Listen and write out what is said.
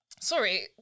Sorry